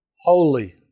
holy